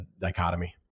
dichotomy